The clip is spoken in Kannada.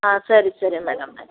ಹಾಂ ಸರಿ ಸರಿ ಮೇಡಮ್ ಆಯ್ತು